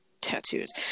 tattoos